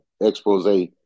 expose